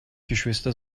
geschwister